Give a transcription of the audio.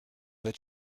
that